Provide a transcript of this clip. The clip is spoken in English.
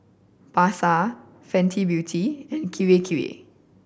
Pasar Fenty Beauty and Kirei Kirei